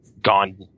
gone